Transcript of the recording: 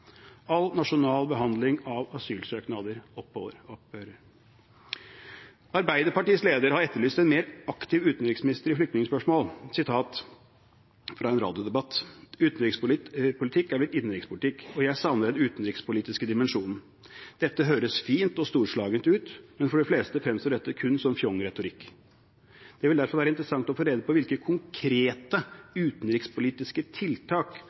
All nasjonal behandling av asylsøknader opphører. Arbeiderpartiets leder har etterlyst en mer aktiv utenriksminister i flyktningspørsmål i et sitat fra en radiodebatt: Utenrikspolitikk har blitt innenrikspolitikk, og jeg savner den utenrikspolitiske dimensjonen. Dette høres fint og storslagent ut, men for de fleste fremstår dette kun som fjong retorikk. Det vil derfor være interessant å få rede på hvilke konkrete utenrikspolitiske tiltak